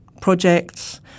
projects